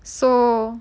so